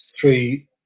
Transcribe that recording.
three